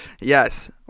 Yes